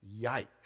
yikes